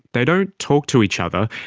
they don't talk to each other,